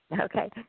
Okay